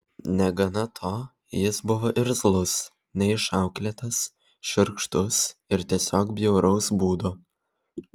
negana to jis buvo irzlus neišauklėtas šiurkštus ir tiesiog bjauraus būdo